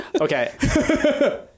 Okay